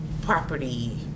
property